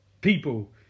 people